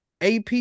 AP